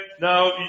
Now